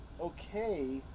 okay